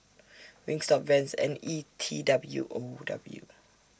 Wingstop Vans and E T W O W